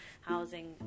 housing